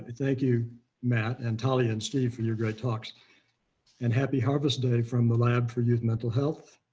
thank you matt and talia, and steve for your great talks and happy harvest day from the lab for us mental health.